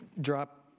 drop